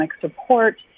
support